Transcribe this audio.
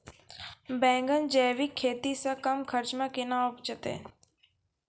बैंगन जैविक खेती से कम खर्च मे कैना उपजते?